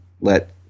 let